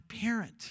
parent